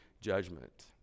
judgment